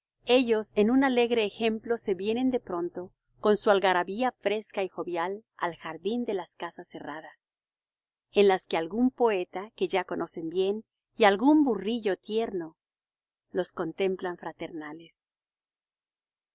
ellos en un alegre ejemplo se vienen de pronto con su algarabía fresca y jovial al jardín de las casas cerradas en las que algún poeta que ya conocen bien y algún burrillo tierno los contemplan fraternales